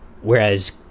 Whereas